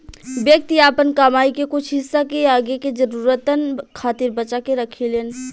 व्यक्ति आपन कमाई के कुछ हिस्सा के आगे के जरूरतन खातिर बचा के रखेलेन